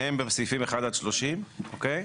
שהם בסעיפים 1 עד 30. אוקיי?